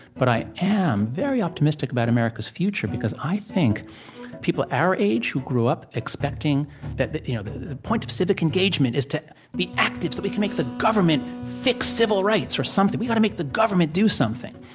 but i am very optimistic about america's future, because i think people our age who grew up expecting that the you know the point of civic engagement is to be active, so we can make the government fix civil rights or something, we've got to make the government do something.